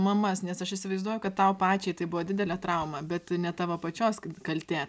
mamas nes aš įsivaizduoju kad tau pačiai tai buvo didelė trauma bet ne tavo pačios k kaltė